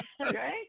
Okay